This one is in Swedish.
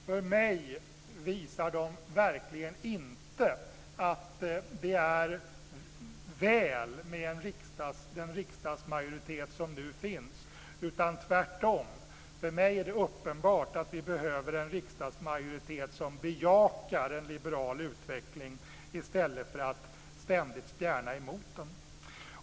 För mig visar de verkligen inte att det är väl med den riksdagsmajoritet som nu finns. För mig är det tvärtom uppenbart att vi behöver en riksdagsmajoritet som bejakar en liberal utveckling i stället för att ständigt spjärna emot den.